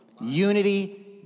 Unity